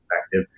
perspective